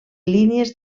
línies